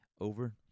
over